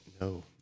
no